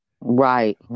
Right